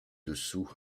dessous